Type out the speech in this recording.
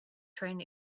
train